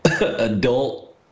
adult